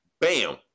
Bam